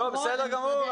זה בסדר.